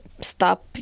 stop